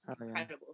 incredible